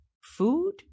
food